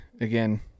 again